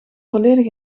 volledig